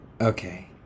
Okay